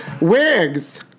Wigs